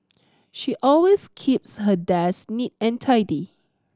she always keeps her desk neat and tidy